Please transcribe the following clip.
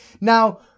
Now